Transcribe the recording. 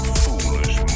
foolish